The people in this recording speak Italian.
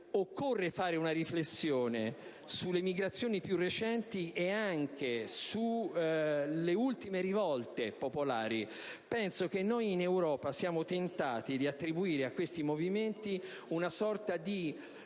Occorre fare poi una riflessione sulle migrazioni più recenti e anche sulle ultime rivolte popolari. Penso che in Europa siamo tentati di attribuire a questi movimenti una sorta di